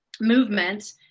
movement